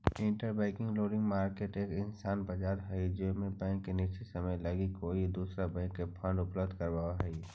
interbank lending market एक अइसन बाजार हई जे में बैंक एक निश्चित समय लगी एक कोई दूसरा बैंक के फंड उपलब्ध कराव हई